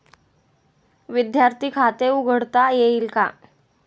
विद्यार्थी खाते उघडता येईल का?